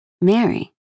Mary